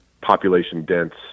population-dense